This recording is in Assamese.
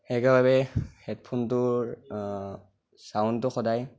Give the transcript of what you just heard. সেইবাবে হেডফোনটোৰ চাউণ্ডটো সদায়